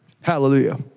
Hallelujah